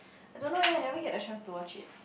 I don't know eh never get a chance to watch it